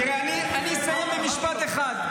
תראה, אסיים במשפט אחד: